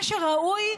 מה שראוי,